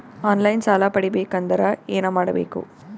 On line ಸಾಲ ಪಡಿಬೇಕಂದರ ಏನಮಾಡಬೇಕು?